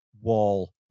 wall